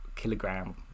kilogram